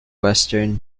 western